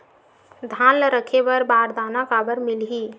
धान ल रखे बर बारदाना काबर मिलही?